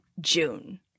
June